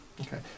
Okay